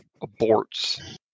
aborts